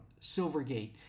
Silvergate